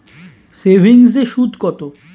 সেভিংসে সুদ কত?